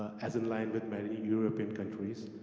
as in line with many european countries?